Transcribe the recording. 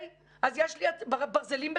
לפי חוק הפיקדון הם נדרשים להפריש